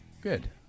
Good